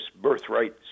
birthright